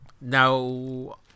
Now